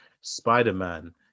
Spider-Man